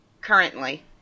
currently